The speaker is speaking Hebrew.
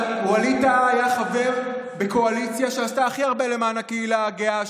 אבל ווליד טאהא היה חבר בקואליציה שעשתה הכי הרבה למען הקהילה הגאה,